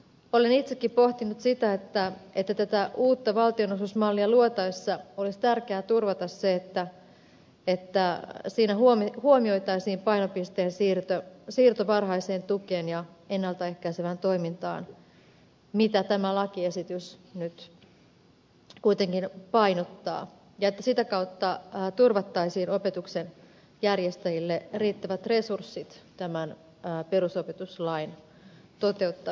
olen itsekin pohtinut sitä että tätä uutta valtionosuusmallia luotaessa olisi tärkeää turvata se että siinä huomioitaisiin painopisteen siirto varhaiseen tukeen ja ennalta ehkäisevään toimintaan joita tämä lakiesitys nyt kuitenkin painottaa ja että sitä kautta saataisiin opetuksen järjestäjille riittävät resurssit tämän perusopetuslain toteuttamiseksi